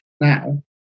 now